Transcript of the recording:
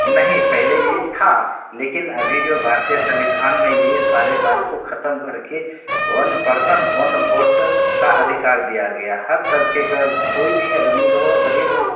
नहीं पहले ये था लेकिन अभी जो भारतीय संविधान ये सारे बात को खत्म करके वन परसन वन भोट का अधिकार दिया गया हर तपके क कोई भी अमीर हो गरीब हो